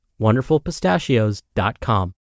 wonderfulpistachios.com